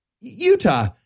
Utah